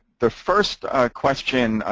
the first question,